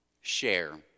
Share